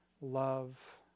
love